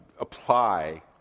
apply